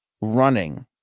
running